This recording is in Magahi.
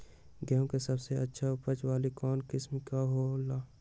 गेंहू के सबसे अच्छा उपज वाली कौन किस्म हो ला?